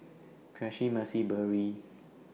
Cressie Mercy Berry